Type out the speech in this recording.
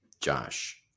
josh